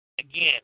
Again